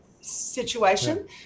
situation